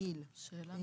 אבל